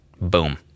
Boom